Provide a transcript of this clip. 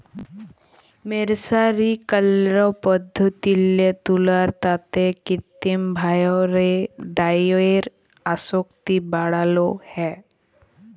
মের্সারিকরল পদ্ধতিল্লে তুলার তাঁতে কিত্তিম ভাঁয়রে ডাইয়ের আসক্তি বাড়ালো হ্যয়